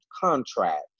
contract